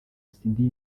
sindi